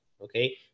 okay